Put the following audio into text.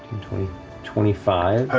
twenty twenty five.